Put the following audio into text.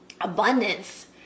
abundance